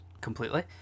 completely